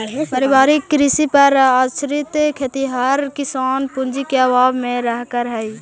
पारिवारिक कृषि पर आश्रित खेतिहर किसान पूँजी के अभाव में रहऽ हइ